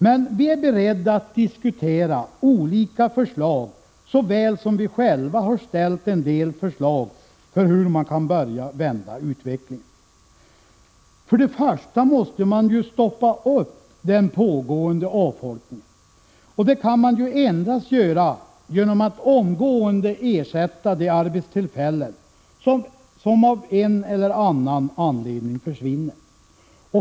Vi är dock beredda att diskutera olika förslag, och vi har själva lämnat en del förslag på hur man kan börja vända utvecklingen. För det första måste man stoppa den pågående avfolkningen. Det kan man endast göra genom att omgående ersätta de arbetstillfällen som av en eller annan anledning försvinner.